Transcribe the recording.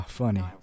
funny